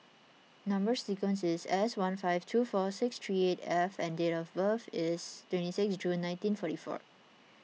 Number Sequence is S one five two four six three eight F and date of birth is twenty six June nineteen forty four